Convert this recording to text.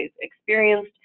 experienced